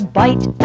bite